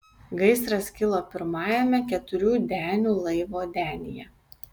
gaisras kilo pirmajame keturių denių laivo denyje